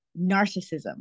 narcissism